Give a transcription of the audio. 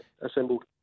assembled